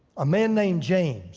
a man named james